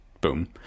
boom